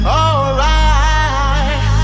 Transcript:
alright